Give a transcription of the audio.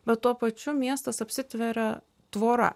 bet tuo pačiu miestas apsitveria tvora